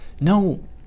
no